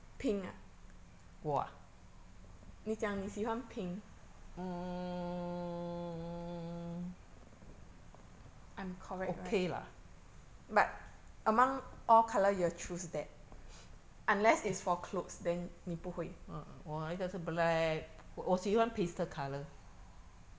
我啊 mm okay lah uh uh 我的是 black 我喜欢 pastel colour